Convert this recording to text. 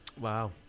Wow